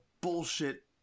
bullshit